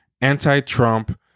anti-trump